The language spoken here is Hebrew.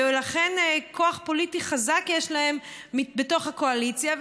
ולכן יש להם כוח פוליטי חזק בתוך הקואליציה,